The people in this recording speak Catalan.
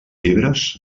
llibres